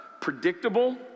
predictable